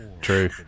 true